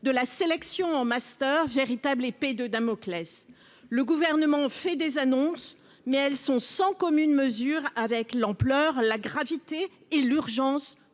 de la sélection en master, véritable épée de Damoclès, le gouvernement fait des annonces, mais elles sont sans commune mesure avec l'ampleur, la gravité et l'urgence